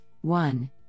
One